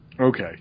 Okay